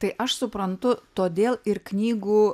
tai aš suprantu todėl ir knygų